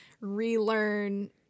relearn